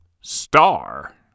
Star